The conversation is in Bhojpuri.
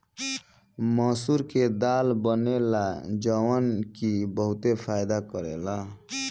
मसूर के दाल बनेला जवन की बहुते फायदा करेला